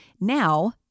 Now